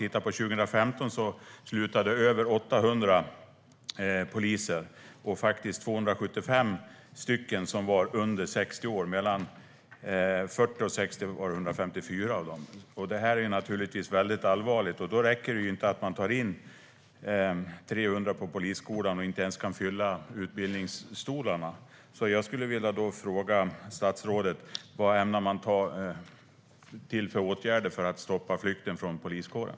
År 2015 slutade över 800 poliser. 275 var under 60 år, och av dem var 154 mellan 40 och 60 år. Det är allvarligt. Då räcker det inte att ta in 300 på polisskolan, vilket inte ens fyller utbildningsstolarna. Vad avser statsrådet att vidta för åtgärder för att stoppa flykten från poliskåren?